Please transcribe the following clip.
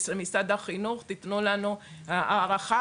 משרד החינוך - תתנו לנו הערכה,